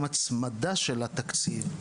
גם הצמדה של התקציב,